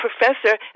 professor